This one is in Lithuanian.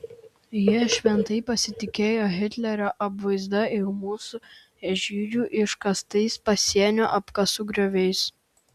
jie šventai pasitikėjo hitlerio apvaizda ir mūsų žydžių iškastais pasienio apkasų grioviais